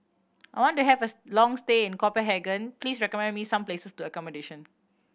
I want to have a long stay in Copenhagen please recommend me some place to accommodation